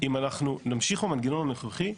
אם אנחנו נמשיך במנגנון הנוכחי,